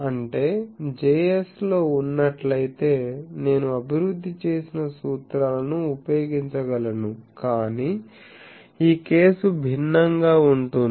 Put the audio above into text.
అంటే Js లో ఉన్నట్లయితే నేను అభివృద్ధి చేసిన సూత్రాలను ఉపయోగించగలను కానీ ఈ కేసు భిన్నంగా ఉంటుంది